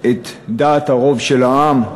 את דעת הרוב של העם?